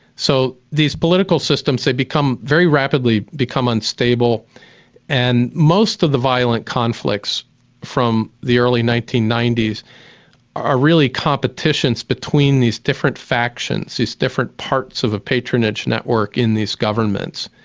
so these political systems, they become, very rapidly become unstable and most of the violent conflicts from the early nineteen ninety s are really competitions between these different factions, these different parts of a patronage network in these governments.